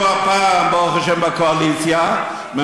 אנחנו הפעם בקואליציה, ברוך השם.